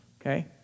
Okay